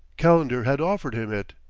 calendar had offered him it.